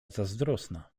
zazdrosna